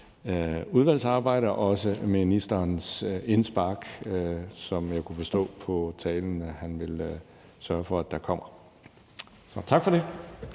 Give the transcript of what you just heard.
udvalgsarbejdet og også ministerens indspark, som jeg kunne forstå på talen at han ville sørge for der kommer. Tak for det.